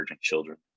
children